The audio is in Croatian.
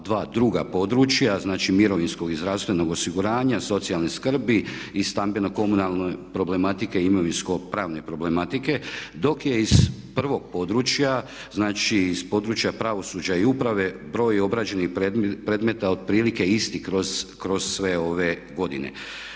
dva druga područja, znači mirovinskog i zdravstvenog osiguranja, socijalne skrbi i stambeno-komunalne problematike i imovinsko-pravne problematike dok je iz prvog područja, znači iz područja pravosuđa i uprave broj obrađenih predmeta otprilike isti kroz sve ove godine.